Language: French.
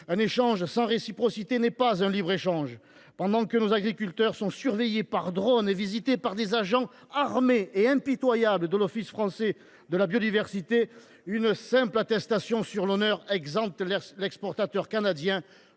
Un échange sans réciprocité n’est pas un libre échange. Pendant que nos agriculteurs sont surveillés par drone et visités par les agents armés et impitoyables de l’Office français de la biodiversité, une simple attestation sur l’honneur exempte l’exportateur canadien